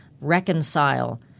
reconcile